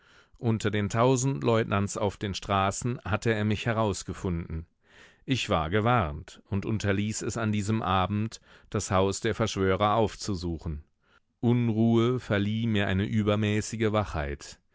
unter den tausend leutnants auf den straßen hatte er mich herausgefunden ich war gewarnt und unterließ es an diesem abend das haus der verschwörer aufzusuchen unruhe verlieh mir eine übermäßige wachheit